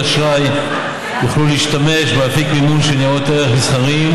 אשראי יוכלו להשתמש באפיק מימון של ניירות ערך נסחרים